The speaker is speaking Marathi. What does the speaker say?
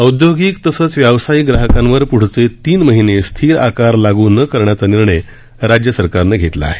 औद्योगिक तसंच व्यावसायिक ग्राहकांवर प्ढचे तीन महिने स्थिर आकार लागू न करण्याचा निर्णय राज्य सरकारनं घेतला आहे